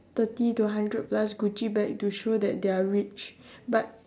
thirty to hundred plus gucci bag to show that they are rich but